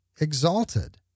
exalted